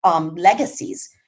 Legacies